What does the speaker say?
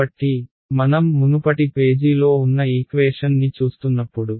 కాబట్టి మనం మునుపటి పేజీలో ఉన్న ఈక్వేషన్ ని చూస్తున్నప్పుడు